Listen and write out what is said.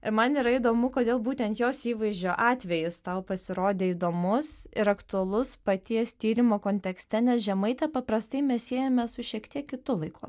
ir man yra įdomu kodėl būtent jos įvaizdžio atvejis tau pasirodė įdomus ir aktualus paties tyrimo kontekste nes žemaitę paprastai mes siejame su šiek tiek kitu laiku